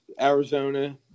Arizona